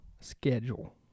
schedule